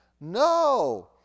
No